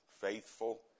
faithful